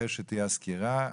אחרי שתהיה הסקירה.